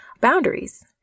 boundaries